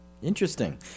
Interesting